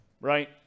right